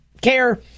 care